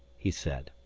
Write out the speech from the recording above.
he said.